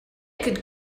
could